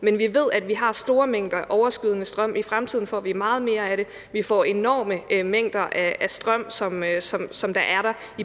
Men vi ved, at vi har store mængder overskydende strøm, og i fremtiden får vi meget mere af det. Vi får enorme mængder af strøm, som er der i perioder,